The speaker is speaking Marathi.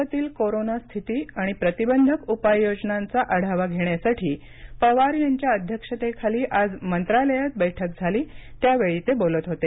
राज्यातील कोरोनास्थिती आणि प्रतिबंधक उपाययोजनांचा आढावा घेण्यासाठी पवार यांच्या अध्यक्षतेखाली आज मंत्रालयात बैठक झाली त्यावेळी ते बोलत होते